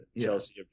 Chelsea